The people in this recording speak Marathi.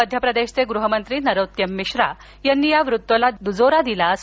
मध्यप्रदेशचे गृह मंत्री नरोत्तम मिश्रा यांनी या वृत्ताला दुजोरा दिला आहे